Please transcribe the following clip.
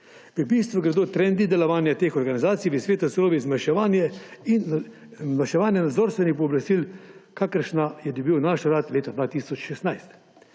V bistvu gredo trendi delovanja teh organizacij v svetu celo v zmanjševanje nadzorstvenih pooblastil, kakršna je dobil naš urad leta 2016.